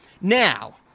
Now